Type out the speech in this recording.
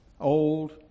old